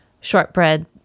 shortbread